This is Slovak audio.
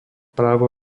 právo